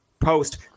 post